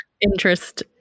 interest